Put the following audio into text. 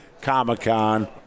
Comic-Con